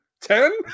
ten